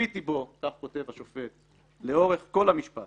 צפיתי בו, כך כותב השופט, לאורך כל המשפט